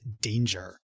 Danger